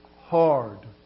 Hard